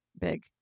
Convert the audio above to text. Big